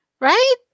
Right